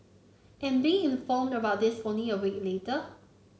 and being informed about this only a week later